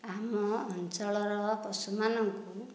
ଆମ ଅଞ୍ଚଳର ପଶୁମାନଙ୍କୁ